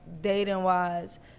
dating-wise